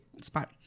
spot